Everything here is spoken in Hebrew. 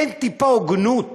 אין טיפת הוגנות,